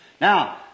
Now